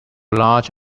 large